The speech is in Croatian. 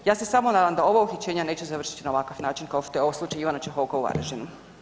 Ja se samo nadam da ova uhićenja neće završit na ovakav način kao što je u ovom slučaju Ivana Čehoka u Varaždinu.